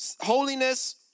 holiness